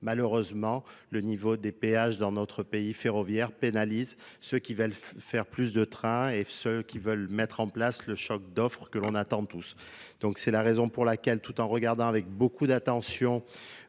malheureusement le niveau des péages dans notre pays ferroviaire pénalise ceux qui veulent faire pluss de train et ceux qui veulent mettre en place le choc d'offre que l'on attend tous donc c'est la raison pour laquelle, tout en regardant avec beaucoup d'attention,